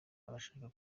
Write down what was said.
abashaka